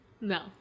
no